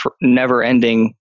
never-ending